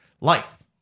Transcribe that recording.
life